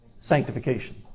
sanctification